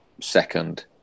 second